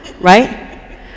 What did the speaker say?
right